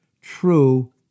true